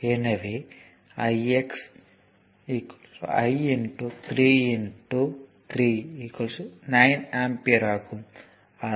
எனவே ix i 3 3 9 ampere ஆகும்